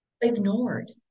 ignored